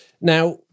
now